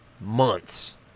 months